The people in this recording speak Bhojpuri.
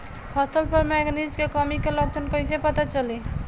फसल पर मैगनीज के कमी के लक्षण कइसे पता चली?